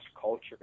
culture